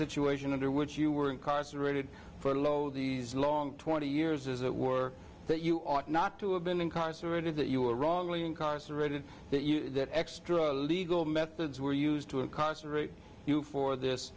situation under which you were incarcerated for lo these long twenty years as it were that you ought not to have been incarcerated that you were wrongly incarcerated that you that extra legal methods were used to a constant rate you for this